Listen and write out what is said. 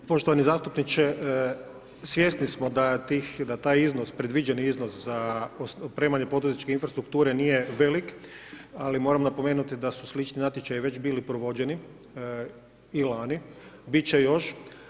Poštovani zastupniče, svjesni smo da je taj predviđeni iznos za opremanje poduzetničke infrastrukture nije velik, ali moram napomenuti da su slični natječaji već bili provođeni i lani, bit će još.